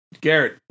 Garrett